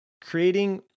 creating